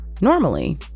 Normally